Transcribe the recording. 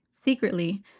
Secretly